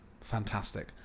Fantastic